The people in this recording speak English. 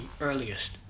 earliest